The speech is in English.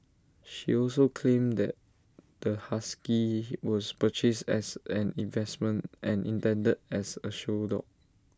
she also claimed that the husky he was purchased as an investment and intended as A show dog